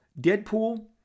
Deadpool